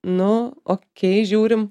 nu okei žiūrim